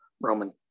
Roman